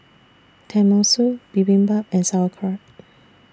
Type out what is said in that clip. Tenmusu Bibimbap and Sauerkraut